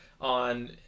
on